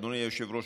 אדוני היושב-ראש,